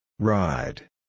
Ride